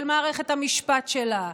של מערכת המשפט שלה,